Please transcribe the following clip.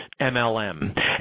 MLM